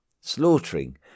slaughtering